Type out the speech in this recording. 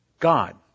God